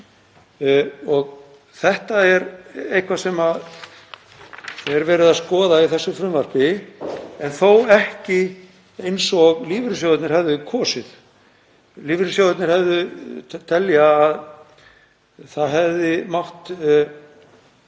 Þetta er eitthvað sem er verið að skoða í þessu frumvarpi en þó ekki eins og lífeyrissjóðirnir hefðu kosið. Lífeyrissjóðirnir telja að það hefði mátt